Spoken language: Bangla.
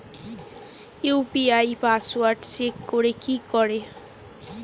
ইউ.পি.আই পাসওয়ার্ডটা চেঞ্জ করে কি করে?